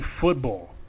Football